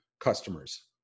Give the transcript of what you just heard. customers